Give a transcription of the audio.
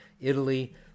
Italy